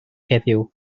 heddiw